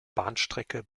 bahnstrecke